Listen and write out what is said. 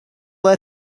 lead